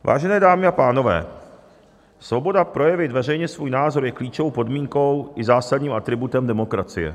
Vážené dámy a pánové, svoboda projevit veřejně svůj názor je klíčovou podmínkou i zásadním atributem demokracie.